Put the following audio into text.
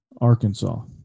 Arkansas